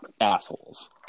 assholes